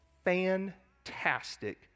fantastic